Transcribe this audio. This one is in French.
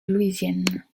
louisiane